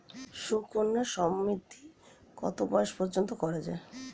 সুকন্যা সমৃদ্ধী কত বয়স পর্যন্ত করা যায়?